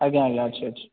ଆଜ୍ଞା ଆଜ୍ଞା ଅଛି ଅଛି